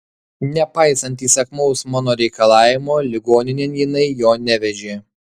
nepaisant įsakmaus mano reikalavimo ligoninėn jinai jo nevežė